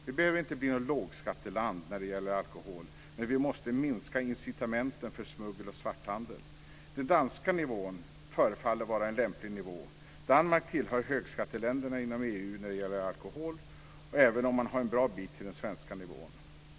Vi behöver inte bli något lågskatteland när det gäller alkohol, men vi måste minska incitamenten för smuggel och svarthandel. Den danska nivån förefaller vara en lämplig nivå. Danmark tillhör högskatteländerna inom EU när det gäller alkohol, även om man har en bra bit till den svenska nivån.